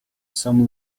some